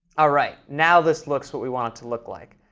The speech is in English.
all right, now this looks what we want it to look like.